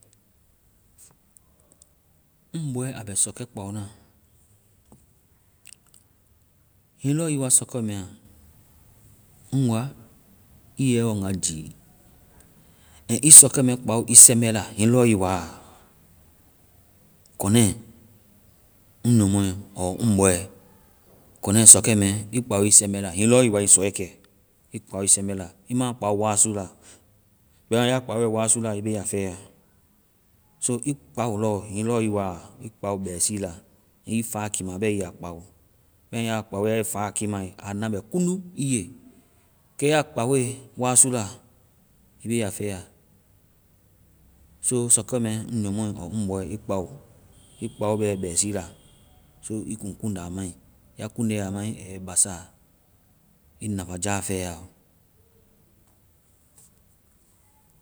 Ŋ bɔɛ. a bɛ sɔkɛ kpaona. Hiŋi lɔ ii wa sɔkɛ mɛ a, ŋ wa ii yɛ ii waŋga gii. And ii sɔkɛ mɛ kpao ii sɛmbɛ la. Hiŋi lɔ ii wa. Kɔnɛ ŋ nyɔmɔɛ ɔɔ ŋ bɔɛ. Kɔnɛ sɔkɛ mɛ ii kpao ii sɛmbɛ la hiŋi lɔ ii wa ii sɔɛkɛ. Ii kpao ii sɛmbɛ la. Ii ma kpao wasu la. Bɛma ya kpaoe wasu la, ii be a fɛ ya. So ii kpao lɔ. Hiŋi lɔ ii wa a. Ii kpao bɛsi la. Ii fa kiima bɛ ii ya kpao. Bɛma ya kpaoe. ya ii fa kiimae, a na bɛ kuŋdu ii ye. Kɛ ya kpaoe wasu la, ii be a fɛ ya. So sɔkɛ mɛ, ŋ nyɔmɔɛ ɔɔ ŋ bɔɛ, ii kpao. Ii kpao bɛ bɛsii la. So ii kuŋ kuŋda mai. Ya kuŋde a mai, a yɛ i basa. ii nafaja fɛ ya ɔ.